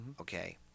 okay